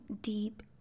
deep